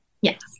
Yes